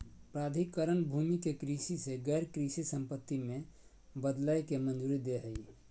प्राधिकरण भूमि के कृषि से गैर कृषि संपत्ति में बदलय के मंजूरी दे हइ